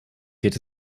geht